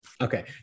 Okay